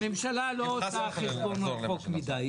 הממשלה לא עושה חשבון רחוק מדי.